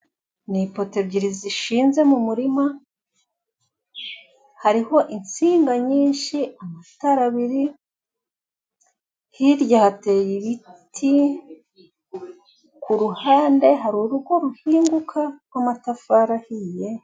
Ni ipoto ebyiri zishinze mu murima, hariho insinga nyinshi, amatara abiri, hirya hateye ibiti, ku ruhande hari urugo ruhinguka rwamatafari ahiye.